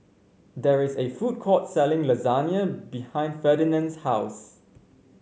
there is a food court selling Lasagne behind Ferdinand's house